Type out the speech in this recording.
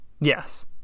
Yes